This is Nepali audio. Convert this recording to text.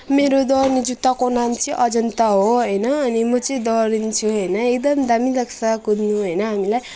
मेरो दौडने जुत्ताको नाम चाहिँ अजन्ता हो होइन अनि म चाहिँ दौडिन्छु होइन एकदम दामी लाग्छ कुद्नु होइन हामीलाई